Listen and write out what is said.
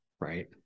right